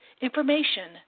information